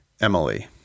Emily